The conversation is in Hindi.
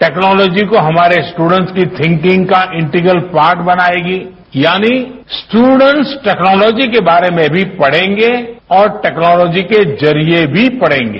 टैक्नोलॉजी को हमारे स्टूडेंट्स की थिंकिंग का इंटीगल पार्ट बनाएगी यानी स्टूडेंट्स टैक्नोलॉजी के बारे में भी पढ़ेंगे और टैक्नोलॉजी के जरिये भी पढ़ेगे